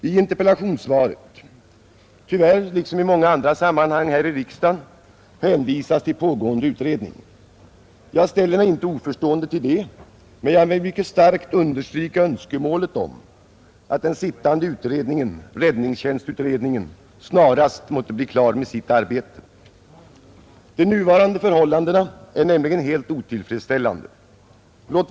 I interpellationssvaret hänvisas tyvärr liksom i många andra sammanhang här i riksdagen till pågående utredning. Jag ställer mig inte oförstående till det, men jag vill mycket starkt understryka önskemålet att den sittande utredningen, räddningstjänstutredningen, snarast måtte bli klar med sitt arbete. De nuvarande förhållandena är nämligen helt otillfredsställande.